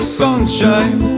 sunshine